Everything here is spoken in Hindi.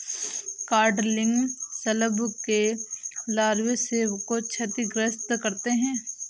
कॉडलिंग शलभ के लार्वे सेब को क्षतिग्रस्त करते है